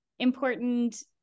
important